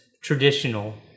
traditional